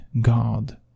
God